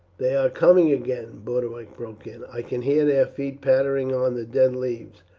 they are coming again, boduoc broke in i can hear their feet pattering on the dead leaves.